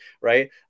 right